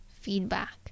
feedback